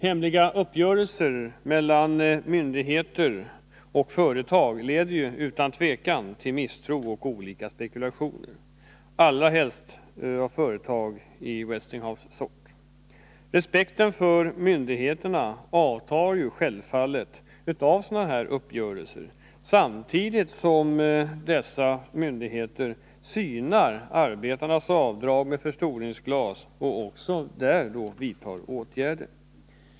Hemliga uppgörelser mellan myndigheter och företag leder utan tvivel till misstro och olika spekulationer — allra helst när det gäller företag av Westinghouses sort. Respekten för myndigheterna avtar självfallet av sådana här uppgörelser, i synnerhet som dessa myndigheter samtidigt synar arbetarnas avdrag med förstoringsglas och även vidtar åtgärder.